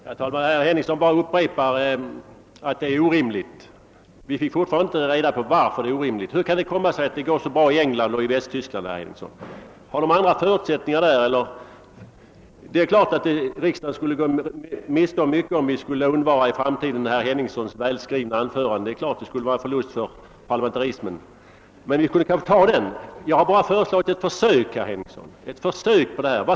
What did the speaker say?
Herr talman! Herr Henningsson bara upprepar att det är orimligt med ett förbud mot att använda manuskript och vi får fortfarande inte reda på skälen härtill. Hur kan det komma sig att det går så bra i England och Västtyskland med ett sådant förbud, herr Henningsson? Är förutsättningarna där annorlunda? Det skulle givetvis vara en förlust för parlamentarismen, om vi skulle gå miste om herr Henningssons välskrivna anföranden, men vi får väl bära den förlusten. För övrigt har jag, herr Henningsson, bara föreslagit ett försök.